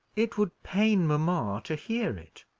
it would pain mamma to hear it.